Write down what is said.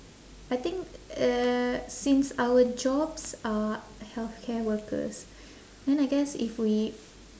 I think uh since our jobs are healthcare workers then I guess if we